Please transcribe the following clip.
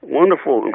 wonderful